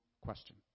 question